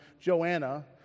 Joanna